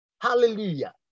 Hallelujah